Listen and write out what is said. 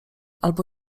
albo